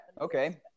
okay